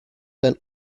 tan